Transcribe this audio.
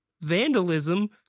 vandalism